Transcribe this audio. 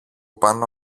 πάνω